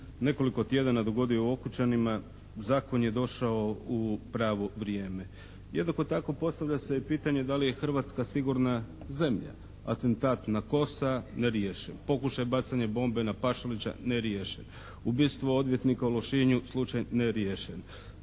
nekoliko tjedana dogodio u Okučanima zakon je došao u pravo vrijeme. Jednako tako postavlja se pitanje da li je Hrvatska sigurna zemlja. Atentat na Kosa? Neriješen. Pokušaj bacanja bombe na Pašalića? Neriješen. Ubistvo odvjetnika u Lošinju? Slučaj neriješen.